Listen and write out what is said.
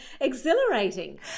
exhilarating